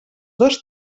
dos